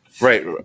Right